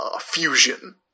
fusion